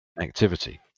activity